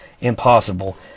impossible